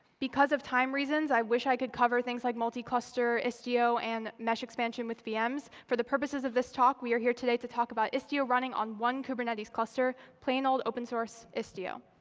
because of time reasons i wish i could cover things like multicluster istio and mesh expansion with vms. for the purposes of this talk, we are here today to talk about istio running on one kubernetes cluster, plain old open-source istio.